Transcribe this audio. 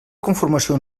conformació